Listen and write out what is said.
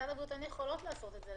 למשרד הבריאות אין יכולות לעשות את זה,